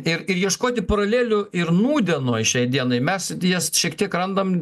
ir ir ieškoti paralelių ir nūdienoj šiai dienai mes jas šiek tiek randam